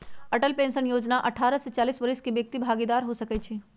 Atal pension Yojana अठारह से चालीस वरिस के व्यक्ति भागीदार हो सकइ छै